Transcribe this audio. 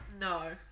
No